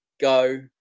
go